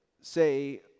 say